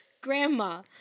Grandma